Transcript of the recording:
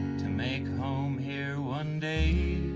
to make home here one day